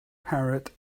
parrot